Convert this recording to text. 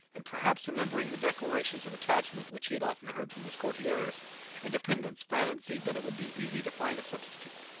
and perhaps remembering the declarations of attachment which he had often heard from his courtiers and dependents fancied that it would be easy to find a substitute.